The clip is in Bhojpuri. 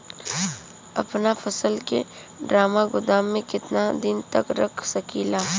अपना फसल की ड्रामा गोदाम में कितना दिन तक रख सकीला?